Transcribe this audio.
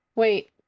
Wait